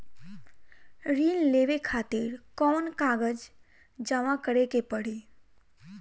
ऋण लेवे खातिर कौन कागज जमा करे के पड़ी?